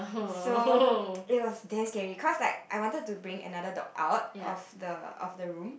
so there was damn scary cause like I wanted to bring another dog out of the of the room